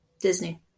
Disney